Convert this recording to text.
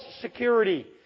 security